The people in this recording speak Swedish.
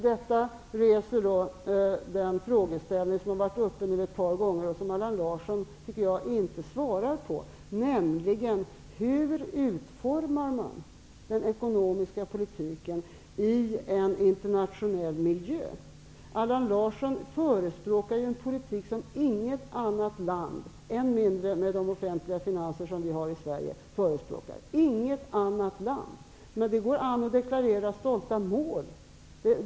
Detta reser emellertid den frågeställning som har varit uppe ett par gånger och som jag inte tycker att Allan Larsson har svarat på, nämligen hur man avser att utforma den ekonomiska politiken i en internationell miljö. Allan Larsson förespråkar en politik som inget annat land -- än mindre med de offentliga finanser som vi har i Sverige -- förespråkar. Inget annat land förespråkar detta. Det går an att deklarera stolta mål.